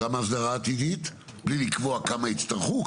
גם ההסדרה העתידית בלי לקבוע כמה יצטרכו.